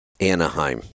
Anaheim